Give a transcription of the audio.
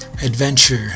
Adventure